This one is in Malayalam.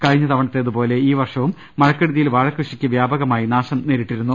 കഴിഞ്ഞ തവണത്തേതു പോലെ ഈ വർഷവും മഴക്കെടുതിയിൽ വാഴകൃഷിക്ക് വൃാപകമായി നാശം നേരിട്ടിരുന്നു